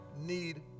need